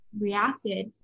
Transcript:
reacted